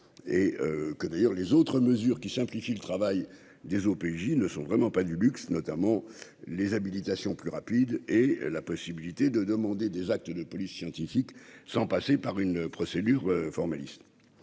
et que d'ailleurs les autres mesures qui simplifie le travail des OPJ ne sont vraiment pas du luxe notamment les habilitations, plus rapides et la possibilité de demander des actes de police scientifique sans passer par une procédure formaliste,